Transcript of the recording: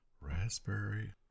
Raspberry